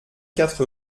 quatre